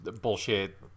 bullshit